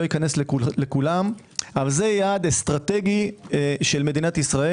אכנס לכולם אבל זה יעד אסטרטגי של מדינת ישראל.